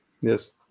Yes